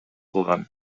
кылган